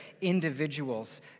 individuals